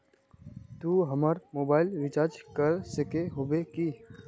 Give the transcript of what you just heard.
तू हमर mobile recharge कर सके होबे की?